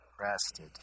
Rested